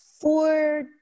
four